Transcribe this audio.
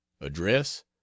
Address